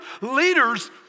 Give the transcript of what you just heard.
leaders